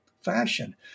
fashion